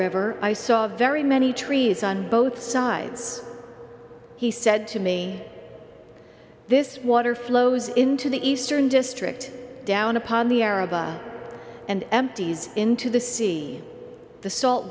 river i saw a very many trees on both sides he said to me this water flows into the eastern district down upon the arab and empties into the sea the salt